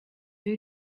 you